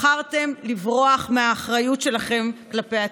בחרתם לברוח מהאחריות שלכם כלפי הציבור.